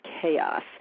chaos